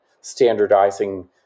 standardizing